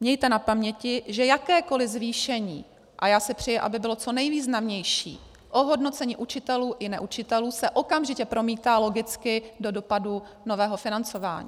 mějte na paměti, že jakékoli zvýšení a já si přeji, aby bylo co nejvýznamnější ohodnocení učitelů i neučitelů se okamžitě promítá logicky do dopadu nového financování.